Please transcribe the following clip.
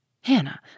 Hannah